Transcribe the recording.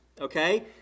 okay